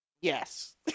Yes